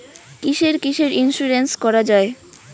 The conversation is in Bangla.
কিসের কিসের ইন্সুরেন্স করা যায়?